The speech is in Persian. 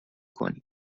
کنید